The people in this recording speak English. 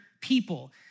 people